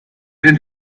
den